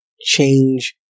change